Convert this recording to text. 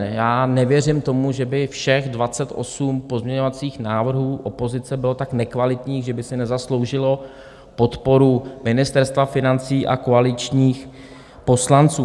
Já nevěřím tomu, že by všech 28 pozměňovacích návrhů opozice bylo tak nekvalitních, že by si nezasloužilo podporu Ministerstva financí a koaličních poslanců.